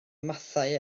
mathau